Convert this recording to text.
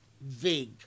vague